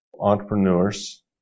entrepreneurs